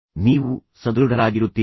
ಆದ್ದರಿಂದ ನೀವು ಸದೃಢರಾಗಿರುತ್ತೀರಿ